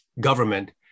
government